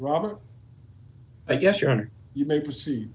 robert i guess your honor you may